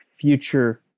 future